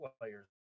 players